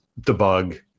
debug